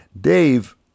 Dave